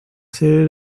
sede